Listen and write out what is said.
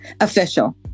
Official